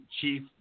Chief